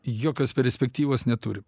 jokios perspektyvos neturim